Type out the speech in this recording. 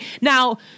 Now